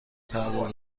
پرواز